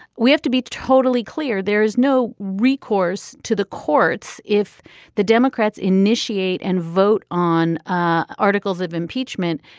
we have to be totally clear there is no recourse to the courts if the democrats initiate and vote on articles of impeachment.